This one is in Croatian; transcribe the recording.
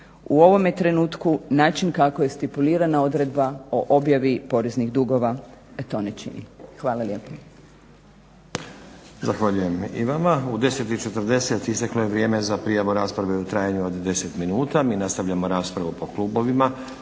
U ovome trenutku način kako je stipulirana odredba o objavi poreznih dugova to ne čini. Hvala lijepo.